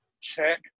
Check